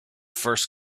first